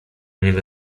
niego